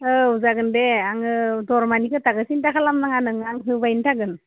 औ जागोन दे आङो दरमानि खोथाखौ सिनथा खालाम नाङा नोङो आं होबायनो थागोन